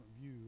view